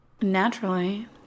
naturally